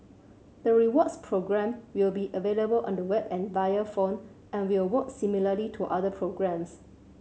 the rewards program will be available on the web and via phone and will work similarly to other programs